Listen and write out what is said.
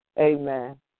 Amen